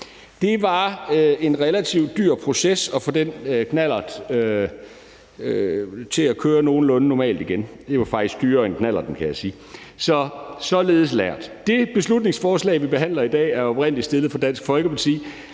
Det var en relativt dyr proces at få den knallert til at køre nogenlunde normalt igen. Det var faktisk dyrere end knallerten, kan jeg sige. Så således lært. Det beslutningsforslag, vi behandler i dag, er oprindelig fremsat af Dansk Folkeparti